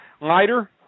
lighter